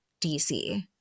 DC